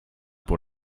pour